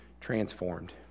transformed